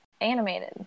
animated